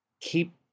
keep